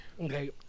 Okay